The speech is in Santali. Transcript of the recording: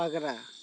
ᱯᱟᱜᱽᱨᱟ